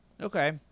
Okay